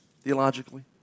theologically